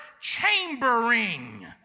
chambering